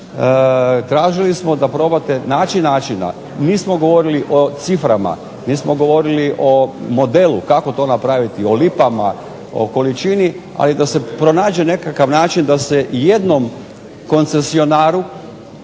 tražili smo da probate naći načina, nismo govorili o ciframa, nismo govorili o modelu kako to napraviti, o lipama, o količini, ali da se pronađe nekakav način da se jednom koncesionaru